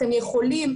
אתם יכולים,